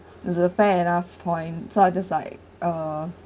it's a fair enough point so I decide uh